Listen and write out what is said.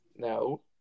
No